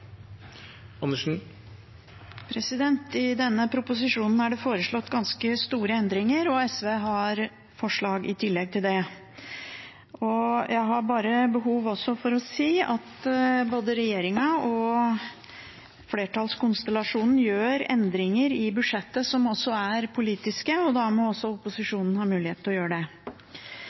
minutter. I denne proposisjonen er det foreslått ganske store endringer, og SV har forslag i tillegg til det. Jeg har bare behov for å si at både regjeringen og flertallskonstellasjonen gjør endringer i budsjettet som er politiske, og da må også opposisjonen ha mulighet til å gjøre det.